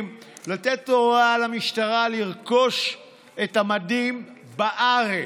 לתת הוראה למשטרה לרכוש את המדים בארץ.